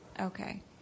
Okay